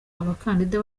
abakandida